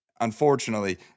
unfortunately